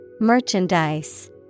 Merchandise